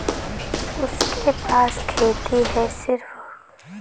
उनके पास खेती हैं सिर्फ